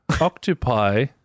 octopi